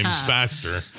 faster